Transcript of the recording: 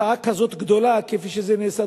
מחאה כזאת גדולה כפי שזה נעשה,